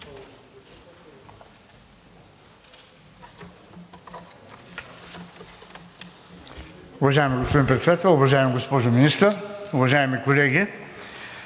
Уважаеми господин Председател, уважаема госпожо Министър, уважаеми колеги